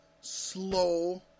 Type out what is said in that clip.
slow